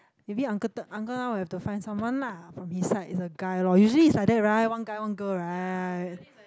maybe uncle third uncle Ang will have to find someone lah from his side is a guy lor usually is like that right one guy one girl right